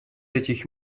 этих